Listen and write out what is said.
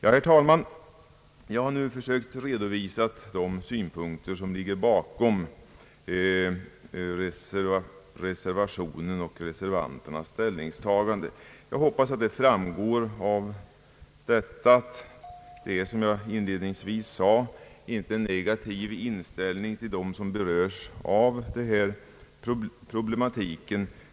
Herr talman! Jag har här försökt redovisa de synpunkter som ligger bakom reservanternas ställningstagande. Jag hoppas att det framgår av vad jag har sagt, såsom jag också inledningsvis sade, att det inte är fråga om någon negativ inställning till dem som berörs av den här problematiken.